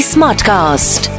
Smartcast